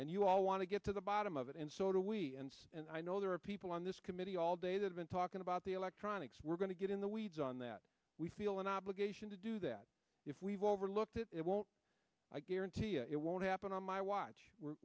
and you all want to get to the bottom of it and so do we and i know there are people on this committee all day they've been talking about the electronics we're going to get in the weeds on that we feel an obligation to do that if we've overlooked it won't guarantee it won't happen on my watch we're